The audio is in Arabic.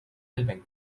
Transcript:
البنك